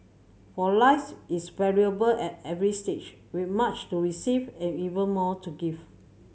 for life is valuable at every stage with much to receive and even more to give